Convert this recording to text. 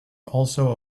also